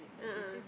a'ah